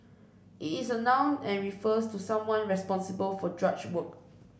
it is a noun and refers to someone responsible for drudge work